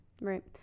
right